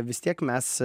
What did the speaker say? vis tiek mes